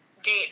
date